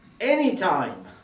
anytime